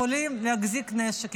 יכולים להחזיק נשק,